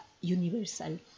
universal